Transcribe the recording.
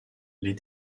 les